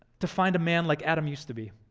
to find a man like adam used to be